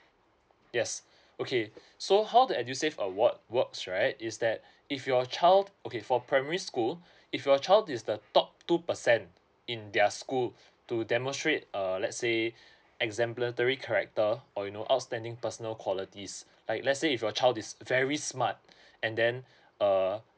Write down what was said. yes okay so how the edusave award works right is that if your child okay for primary school if your child is the top two percent in their school to demonstrate err let's say exemplary character or you know outstanding personal qualities like let's say if your child is very smart and then err